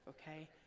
okay